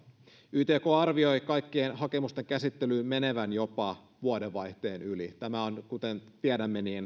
ytk arvioi kaikkien hakemusten käsittelyn menevän jopa vuodenvaihteen yli tämä on kuten tiedämme